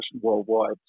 worldwide